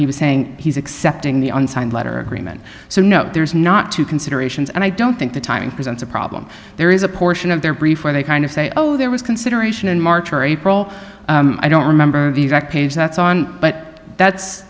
he was saying he's accepting the unsigned letter agreement so no there's not two considerations and i don't think the timing presents a problem there is a portion of their brief where they kind of say oh there was consideration in march or april i don't remember the exact page that's on but that's